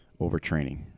overtraining